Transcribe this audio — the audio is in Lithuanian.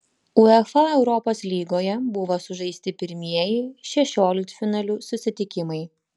uefa europos lygoje buvo sužaisti pirmieji šešioliktfinalių susitikimai